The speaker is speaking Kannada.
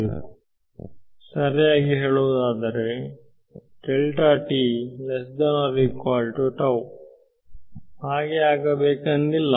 ಬೇರೆ ಶಬ್ದ ಗಳಲ್ಲಿ ಹೇಳುವುದಾದರೆ ಆಗಬೇಕೆಂದಿಲ್ಲ